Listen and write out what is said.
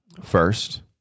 First